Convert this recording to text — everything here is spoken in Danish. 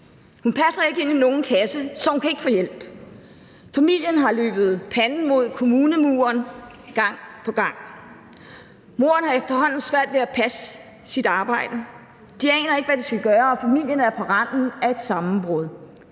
Hun passer ikke ind i nogen klasse, så hun kan ikke få hjælp. Familien har løbet panden mod kommunemuren gang på gang. Moren har efterhånden svært ved at passe sit arbejde. De aner ikke, hvad de skal gøre, og familien er på randen af et sammenbrud.